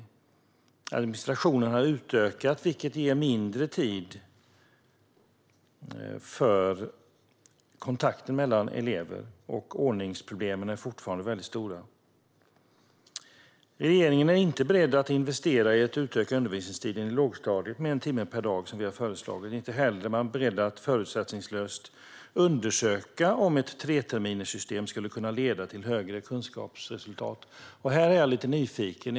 Dessutom har administrationen ökat, vilket ger mindre tid för kontakt mellan elever och lärare, och ordningsproblemen är fortfarande väldigt stora. Regeringen är inte beredd att investera i att utöka undervisningstiden i lågstadiet med en timme per dag, som vi har föreslagit. Inte heller är man beredd att förutsättningslöst undersöka om ett treterminssystem skulle kunna leda till högre kunskapsresultat. Här är jag lite nyfiken.